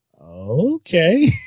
okay